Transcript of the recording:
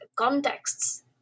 contexts